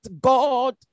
god